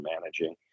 managing